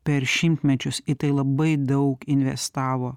per šimtmečius į tai labai daug investavo